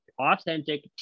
authentic